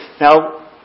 Now